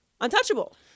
untouchable